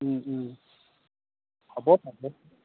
হ'ব পাব